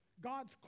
God's